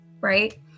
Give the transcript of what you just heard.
right